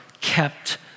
kept